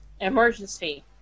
emergency